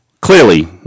Clearly